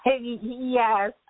Yes